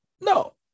No